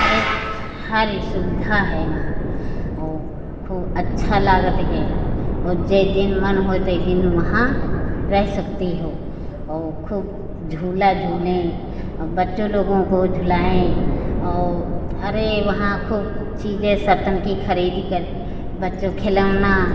हर सुविधा है वहाँ ओ खूब अच्छा लगता है और जितना दिन मन हो उतना दिन वहाँ रह सकती हो और खूब झूला झूले और बच्चे लोगों को झुलाए और अरे वहाँ खूब चीज़ें सत्तन की खरीदकर बच्चों का खिलौना